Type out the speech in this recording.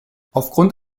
aufgrund